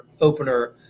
opener